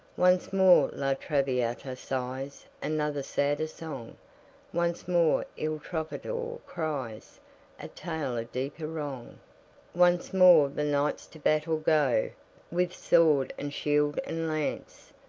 once more la traviata sighs another sadder song once more il trovatore cries a tale of deeper wrong once more the knights to battle go with sword and shield and lance,